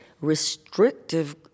restrictive